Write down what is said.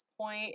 point